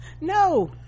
No